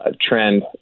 trend